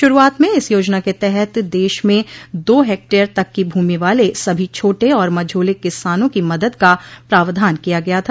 शुरूआत में इस योजना के तहत देश में दो हेक्टेयर तक की भूमि वाले सभी छोटे और मझोले किसानों की मदद का प्रावधान किया गया था